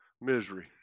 misery